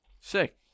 Sick